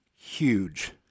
huge